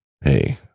Hey